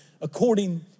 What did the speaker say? according